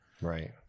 Right